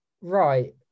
Right